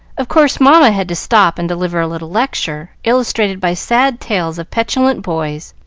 of course mamma had to stop and deliver a little lecture, illustrated by sad tales of petulant boys,